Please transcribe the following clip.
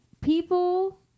people